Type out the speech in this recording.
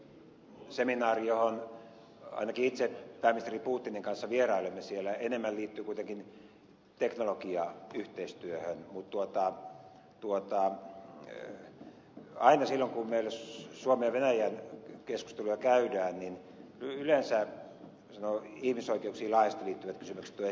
se seminaari jossa ainakin itse pääministeri putinin kanssa vierailen liittyy kuitenkin enemmän teknologiayhteistyöhön mutta aina silloin kun meillä suomen ja venäjän välisiä keskusteluja käydään yleensä ihmisoikeuksiin laajasti liittyvät kysymykset ovat esillä